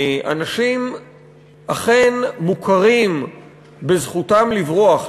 אנשים אכן מוכרים בזכותם לברוח,